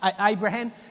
Abraham